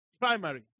primary